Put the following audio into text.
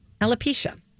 alopecia